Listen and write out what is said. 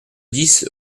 dix